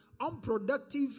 unproductive